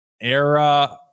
era